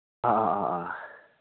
ꯑꯥ ꯑꯥ ꯑꯥ ꯑꯥ